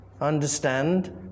Understand